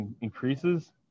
increases